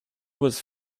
was